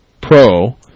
pro